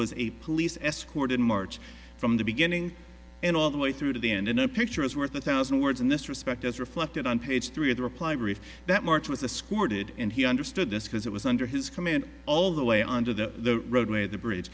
was a police escort in march from the beginning and all the way through to the end in a picture is worth a thousand words in this respect as reflected on page three of the reply brief that march was a squirted and he understood this because it was under his command all the way on to the roadway the bridge